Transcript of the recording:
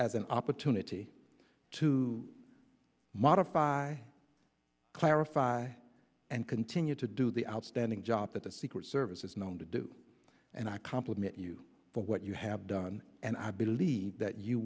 as an opportunity to modify clarify and continue to do the outstanding job that the secret service is known to do and i compliment you for what you have done and i believe that you